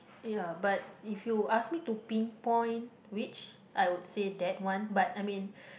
ya but if you ask me to pinpoint which I would say that one but I mean